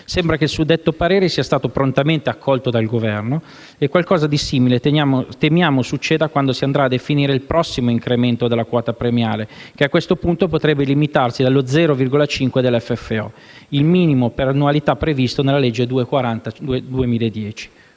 Sembra che il suddetto parere sia stato prontamente accolto dal Governo e qualcosa di simile temiamo succeda quando si andrà a definire il prossimo incremento della quota premiale, che a questo punto potrebbe limitarsi allo 0,5 per cento del FFO, ovvero il minimo per annualità previsto dalla legge n. 240